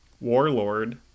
warlord